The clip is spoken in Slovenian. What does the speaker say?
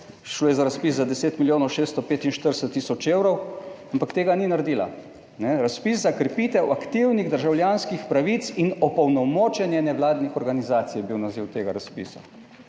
Šlo je za razpis za 10 milijonov 645.000 evrov, ampak tega ni naredila. Razpis za krepitev aktivnih državljanskih pravic in opolnomočenje nevladnih organizacij je bil naziv tega razpisa.